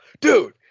dude